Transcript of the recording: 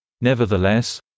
Nevertheless